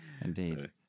indeed